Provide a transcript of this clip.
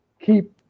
keep